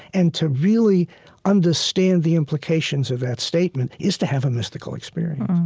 and to really understand the implications of that statement is to have a mystical experience